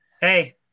Hey